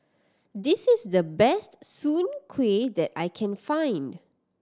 this is the best soon kway that I can find